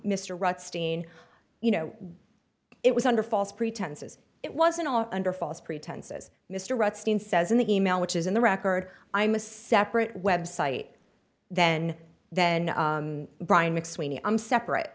steen you know it was under false pretenses it wasn't all under false pretenses mr watson says in the e mail which is in the record i'm a separate website then then brian mcsweeney i'm separate